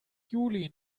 juli